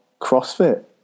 CrossFit